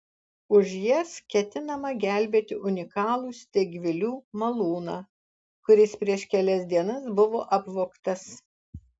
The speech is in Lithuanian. už jas ketinama gelbėti unikalų steigvilių malūną kuris prieš kelias dienas buvo apvogtas